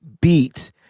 beat